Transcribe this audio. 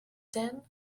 then